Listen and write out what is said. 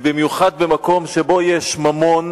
ובמיוחד במקום שבו יש ממון,